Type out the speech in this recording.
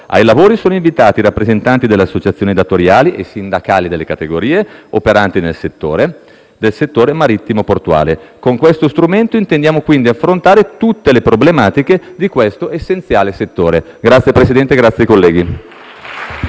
Ai lavori sono invitati i rappresentanti delle associazioni datoriali e sindacali delle categorie operanti nel settore marittimo-portuale. Con questo strumento intendiamo quindi affrontare tutte le problematiche di questo essenziale settore. *(Applausi dal Gruppo